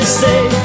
say